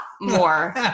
more